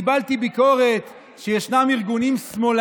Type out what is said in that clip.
קיבלתי ביקורת שישנם ארגוני שמאל